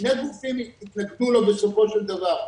שני גופים התנגדו לו בסופו של דבר.